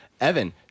Evan